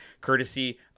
courtesy